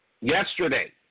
Yesterday